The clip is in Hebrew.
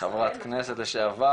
חברת כנסת לשעבר,